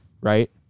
right